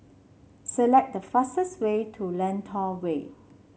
select the fastest way to Lentor Way